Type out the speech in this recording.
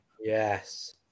Yes